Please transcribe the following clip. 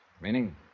Meaning